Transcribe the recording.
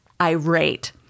irate